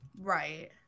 Right